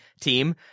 team